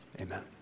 Amen